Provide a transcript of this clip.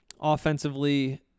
offensively